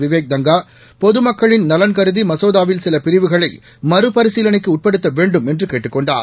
விவேக் தங்கா பொதுமக்களின் நலன் கருதி மசோதாவில் சில பிரிவுகளை மறுபரிசீலனைக்கு உட்படுத்த வேண்டும் என்று கேட்டுக் கொண்டார்